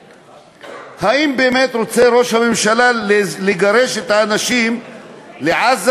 האם באמת רוצה ראש הממשלה לגרש את האנשים לעזה?